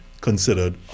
considered